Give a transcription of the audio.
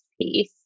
piece